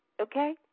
okay